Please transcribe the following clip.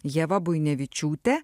ieva buinevičiūtė